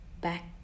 back